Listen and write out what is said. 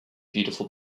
beautiful